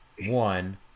One